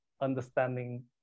understanding